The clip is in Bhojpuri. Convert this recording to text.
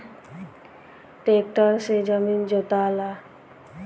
ट्रैक्टर से जमीन जोताला